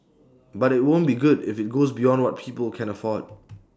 but IT won't be good if IT goes beyond what people can afford